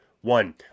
one